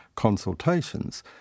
Consultations